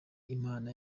imana